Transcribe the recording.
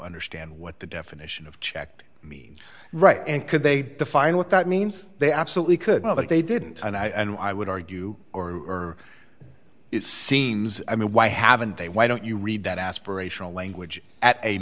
understand what the definition of checked means right and could they define what that means they absolutely could not but they didn't and i and i would argue or it seems i mean why haven't they why don't you read that aspirational language at a